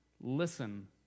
listen